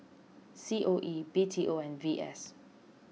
C O E B T O and V S